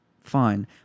fine